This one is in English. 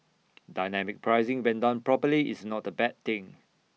dynamic pricing when done properly is not A bad thing